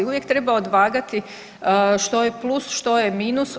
Uvijek treba odvagati što je plus, što je minus.